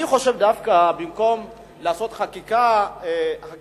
אני דווקא חושב שבמקום לעשות חקיקה ראשית,